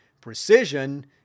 Precision